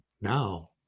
Now